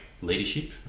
leadership